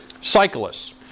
cyclists